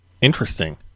Interesting